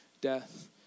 death